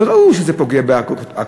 וראו שזה פוגע בעקרות-הבית,